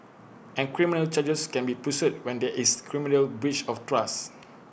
and criminal charges can be pursued when there is criminal breach of trust